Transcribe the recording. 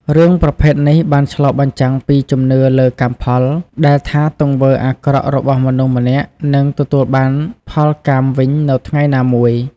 រឿងប្រភេទនេះបានឆ្លុះបញ្ចាំងពីជំនឿលើ កម្មផល ដែលថាទង្វើអាក្រក់របស់មនុស្សម្នាក់នឹងទទួលបានផលកម្មវិញនៅថ្ងៃណាមួយ។